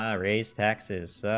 um raise taxes